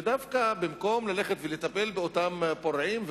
ובמקום ללכת ולטפל באותם פורעים,